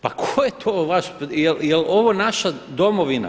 Pa tko je to vas, jel' ovo naša Domovina?